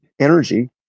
energy